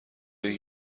این